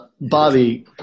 Bobby